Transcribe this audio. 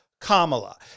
Kamala